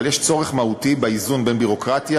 אבל יש צורך מהותי באיזון בין ביורוקרטיה